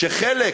חלק